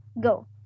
Go